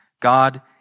God